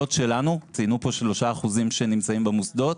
ציינו פה את שלושת האחוזים שנמצאים במוסדות.